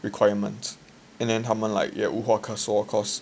requirements and then 他们 like 也无话可说 cause